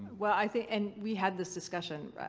well, i think. and we had this discussion,